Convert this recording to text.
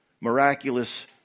miraculous